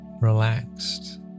relaxed